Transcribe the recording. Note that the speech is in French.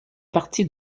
partie